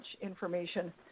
information